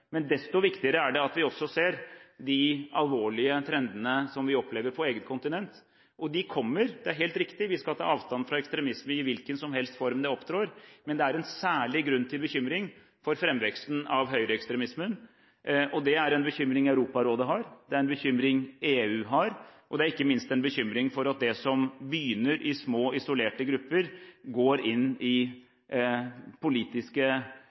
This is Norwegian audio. Desto viktigere er det at vi også ser de alvorlige trendene som vi opplever på eget kontinent, og de kommer. Det er helt riktig at vi skal ta avstand fra ekstremisme i hvilken som helst form den opptrår, men det er en særlig grunn til bekymring for framveksten av høyreekstremismen. Det er en bekymring Europarådet har, det er en bekymring EU har, og det er ikke minst en bekymring for at det som begynner i små, isolerte grupper, går inn i bredere politiske